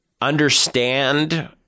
understand